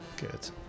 Good